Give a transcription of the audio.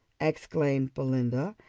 exclaimed belinda,